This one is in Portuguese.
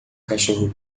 cachorro